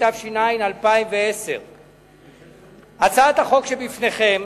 התש"ע 2010. הצעת החוק שבפניכם